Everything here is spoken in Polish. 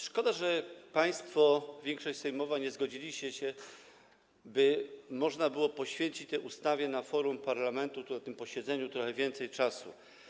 Szkoda, że państwo, większość sejmowa, nie zgodziliście się, by można było poświęcić tej ustawie na forum parlamentu na tym posiedzeniu trochę więcej czasu.